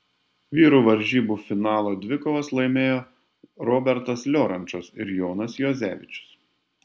vyrų varžybų finalo dvikovas laimėjo robertas liorančas ir jonas juozevičius